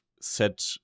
set